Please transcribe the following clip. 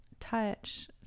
touch